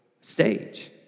stage